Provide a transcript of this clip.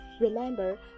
Remember